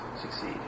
Succeed